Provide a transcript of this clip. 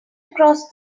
across